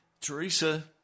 Teresa